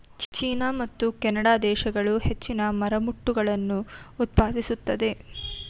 China ಮತ್ತು Canada ದೇಶಗಳು ಹೆಚ್ಚಿನ ಮರಮುಟ್ಟುಗಳನ್ನು ಉತ್ಪಾದಿಸುತ್ತದೆ